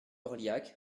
orliac